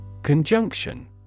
Conjunction